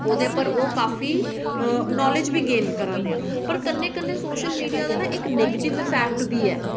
ओह्दे पर ओह् काफी नॉलेज बी गेन करै दे न पर कन्नै कन्नै सोशल मीडिया दा ना इक नैगेटिव अफैक्ट बी ऐ